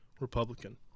Republican